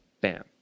Bam